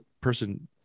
person